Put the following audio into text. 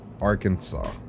arkansas